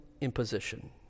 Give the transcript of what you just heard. imposition